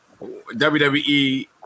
WWE